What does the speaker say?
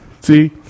See